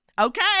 Okay